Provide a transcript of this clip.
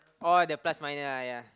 orh the plus minus ah ya